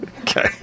Okay